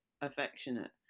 affectionate